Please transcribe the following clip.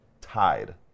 tied